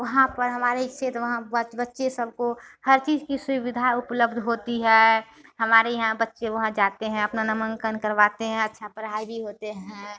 वहाँ पर हमारे इससे तो वहाँ बच्चे सबको हर चीज की सुविधा उपलब्ध होती है हमारे यहाँ बच्चे वहाँ जाते हैं अपना नामाकंन करवाते हैं अच्छा पढ़ाई भी होते हैं